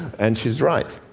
and she's right.